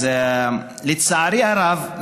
לצערי הרב,